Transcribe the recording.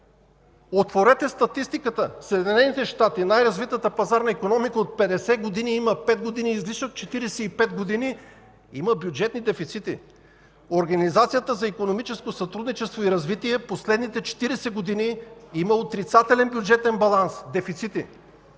Отворете статистиката! Съединените щати, най-развитата пазарна икономика от 50 години, пет години има излишък – 45 години има бюджетни дефицити. Организацията за икономическо сътрудничество и развитие в последните 40 години има отрицателен бюджетен баланс – дефицити.